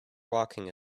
walking